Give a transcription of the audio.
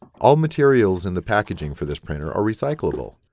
all materials in the packaging for this printer are recyclable.